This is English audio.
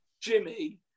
Jimmy